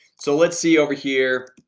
so let's see over here